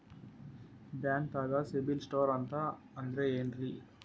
ಬ್ಯಾಂಕ್ದಾಗ CIBIL score ಅಂತ ಅಂದ್ರೆ ಏನ್ರೀ?